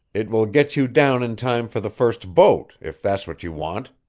it will get you down in time for the first boat, if that's what you want.